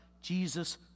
Jesus